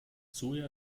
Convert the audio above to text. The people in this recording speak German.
soja